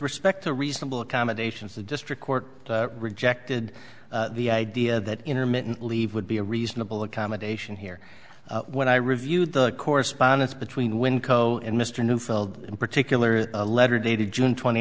respect to reasonable accommodations the district court rejected the idea that intermittent leave would be a reasonable accommodation here when i reviewed the correspondence between winco and mr neufeld in particular a letter dated june twenty